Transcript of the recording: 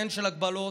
כן של הגבלות,